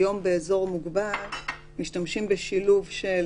היום באזור מוגבל משתמשים בשילוב של